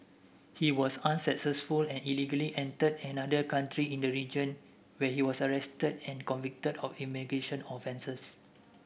he was unsuccessful and illegally entered another country in the region where he was arrested and convicted of immigration offences